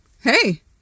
Hey